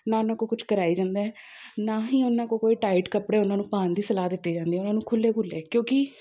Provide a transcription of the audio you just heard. ਨਾ ਉਨ੍ਹਾਂ ਕੋਲ ਕੁਛ ਕਰਾਈ ਜਾਂਦਾ ਹੈ ਨਾ ਹੀ ਉਹਨਾਂ ਕੋਲ ਕੋਈ ਟਾਈਟ ਕੱਪੜੇ ਉਹਨਾਂ ਨੂੰ ਪਾਉਣ ਦੀ ਸਲਾਹ ਦਿੱਤੀ ਜਾਂਦੀ ਉਹਨਾਂ ਨੂੰ ਖੁੱਲ੍ਹੇ ਖੁੱਲ੍ਹੇ ਕਿਉਂਕਿ